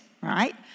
right